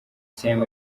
same